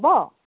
হ'ব